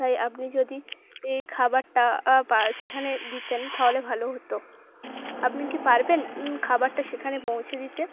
তাই আপনি যদি এই খাবারটা সেখানে দিতেন তাহলে ভালো হতো আপনি কি পারবেন খাবারটা সেখানে পৌঁছে দিতে